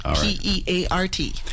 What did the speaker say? P-E-A-R-T